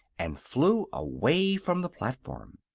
and flew away from the platform.